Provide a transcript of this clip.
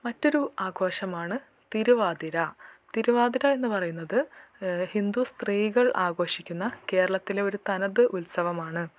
മറ്റൊരു ആഘോഷമാണ് തിരുവാതിര തിരുവാതിര എന്ന് പറയുന്നത് ഹിന്ദു സ്ത്രീകൾ ആഘോഷിക്കുന്ന കേരളത്തിലെ ഒരു തനത് ഉത്സവമാണ്